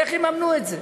איך יממנו את זה?